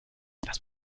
das